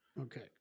Okay